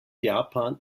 japan